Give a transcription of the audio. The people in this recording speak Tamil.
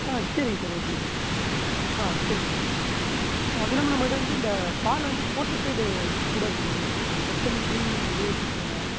ஆ சரிங்க சார் ஓகேங்க சார் ஆ சரிங்க சார் ஓகே சார் அது இல்லாமல் நம்மக்கிட்டே வந்து இந்த பாலில் வந்து ஃபோர்ட்டிஃபைடு மில்க் கூட இருக்குது விட்டமின் டி ஏ சேர்த்ததுலாம்